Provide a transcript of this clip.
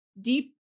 deep